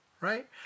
right